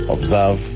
Observe